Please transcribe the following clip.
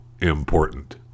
important